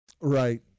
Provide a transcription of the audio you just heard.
Right